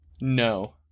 No